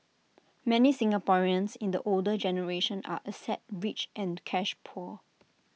many Singaporeans in the older generation are asset rich and cash poor